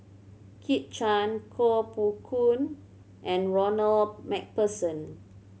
Kit Chan Koh Poh Koon and Ronald Macpherson